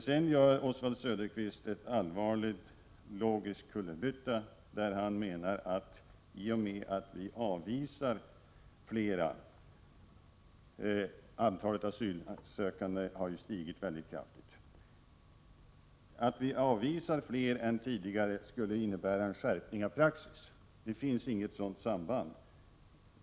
Sedan gjorde Oswald Söderqvist en allvarlig logisk kullerbytta när han menade att det faktum att vi avvisar fler än tidigare — antalet asylsökande har ju stigit kraftigt — skulle innebära en skärpning av praxis. Det finns inget sådant samband.